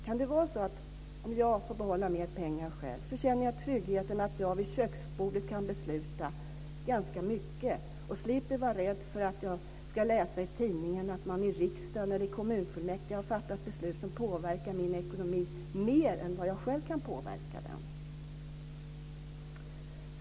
Kan det vara så att om jag får behålla mer pengar själv känner jag tryggheten att jag vid köksbordet kan besluta ganska mycket och slipper vara rädd för att jag ska läsa i tidningen att man i riksdagen eller kommunfullmäktige har fattat beslut som påverkar min ekonomi mer än vad jag själv kan påverka den?